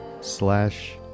slash